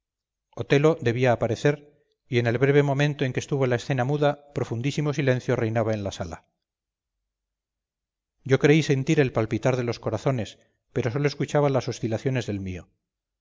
otelo debía aparecer y en el breve momento en que estuvo la escena muda profundísimo silencio reinaba en la sala yo creí sentir el palpitar de los corazones pero sólo escuchaba las oscilaciones del mío